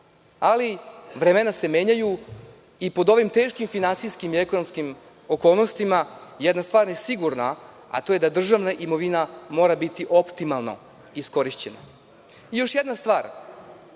ali vremena se menjaju i pod ovim teškim finansijskim i ekonomskim okolnostima jedna stvar je sigurna, a to je da državna imovina mora biti optimalno iskorišćena. Još jedna stvar.